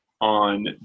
on